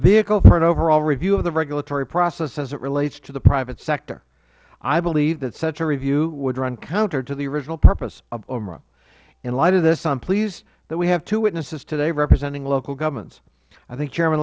vehicle for an overall review of the regulatory process as it relates to the private sector i believe that such a review would run counter to the original purpose of umra in light of this i am pleased that we have two witnesses today representing local governments i thank